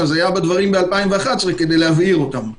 היה בדברים מ-2011 כדי להבהיר אותם.